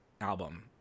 album